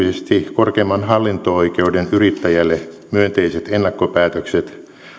korkeimman hallinto oikeuden yrittäjälle myönteiset ennakkopäätökset